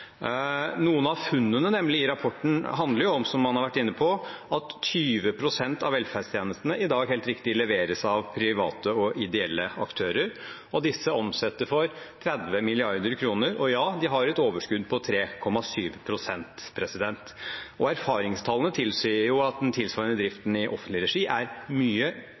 Noen av funnene i rapporten handler nemlig om, som han har vært inne på, at 20 pst. av velferdstjenestene i dag – helt riktig – leveres av private og ideelle aktører, og disse omsetter for 30 mrd. kr. Og ja, de har et overskudd på 3,7 pst. Erfaringstallene tilsier at den tilsvarende driften i offentlig regi er mye